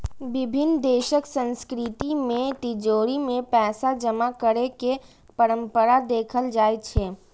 विभिन्न देशक संस्कृति मे तिजौरी मे पैसा जमा करै के परंपरा देखल जाइ छै